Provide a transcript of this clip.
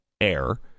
air